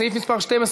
סעיף מס' 12,